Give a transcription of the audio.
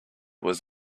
was